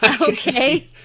Okay